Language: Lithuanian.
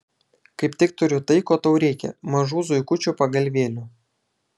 kaip tik turiu tai ko tau reikia mažų zuikučių pagalvėlių